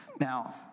Now